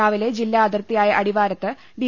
രാവിലെ ജില്ലാ അതിർത്തിയായ അടിവാരത്ത് ഡി